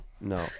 no